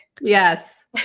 Yes